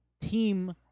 team